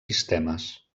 sistemes